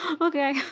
Okay